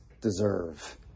deserve